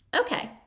Okay